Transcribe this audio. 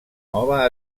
nova